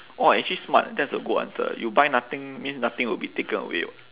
!wah! actually smart that's a good answer you buy nothing means nothing will be taken away